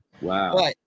Wow